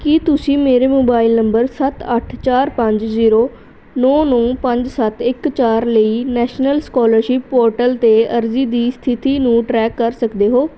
ਕੀ ਤੁਸੀਂ ਮੇਰੇ mobile number ਸੱਤ ਅੱਠ ਚਾਰ ਪੰਜ ਜ਼ੀਰੋ ਨੌਂ ਨੌਂ ਪੰਜ ਸੱਤ ਇੱਕ ਚਾਰ ਲਈ ਨੈਸ਼ਨਲ ਸਕਾਲਰਸ਼ਿਪ ਪੋਰਟਲ 'ਤੇ ਅਰਜ਼ੀ ਦੀ ਸਥਿਤੀ ਨੂੰ ਟਰੈਕ ਕਰ ਸਕਦੇ ਹੋ